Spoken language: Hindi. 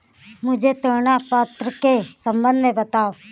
मुझे ऋण पात्रता के सम्बन्ध में बताओ?